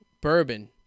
bourbon